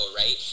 right